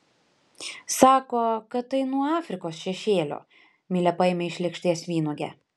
sako kad tai nuo afrikos šešėlio milė paėmė iš lėkštės vynuogę